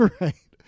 right